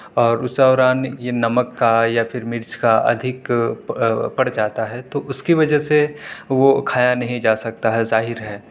اور اس دوران یہ نمک کا یا پھر مرچ کا ادھک پ پڑ جاتا ہے تو اس کی وجہ سے وہ کھایا نہیں جا سکتا ہے ظاہر ہے